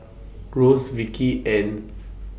Ross Vicky and